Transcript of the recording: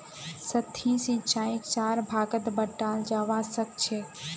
सतही सिंचाईक चार भागत बंटाल जाबा सखछेक